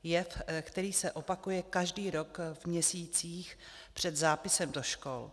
Jev, který se opakuje každý rok v měsících před zápisem do škol.